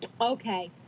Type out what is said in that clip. okay